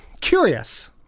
Curious